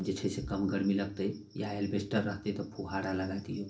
जे छै से कम गरमी लगतै या एलबेस्टर रहतै तऽ फुहारा लगा दियौ